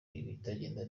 ibitagenda